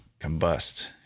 combust